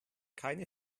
keine